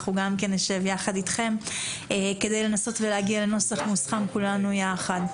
אנחנו גם כן נשב יחד אתכם כדי לנסות ולהגיע לנוסח מוסכם כולנו יחד.